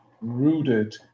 rooted